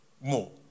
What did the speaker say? more